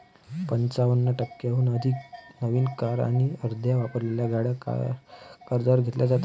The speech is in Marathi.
पंचावन्न टक्क्यांहून अधिक नवीन कार आणि अर्ध्या वापरलेल्या गाड्या कार कर्जावर घेतल्या जातात